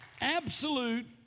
absolute